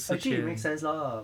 actually it makes sense lah